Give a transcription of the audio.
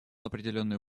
определенную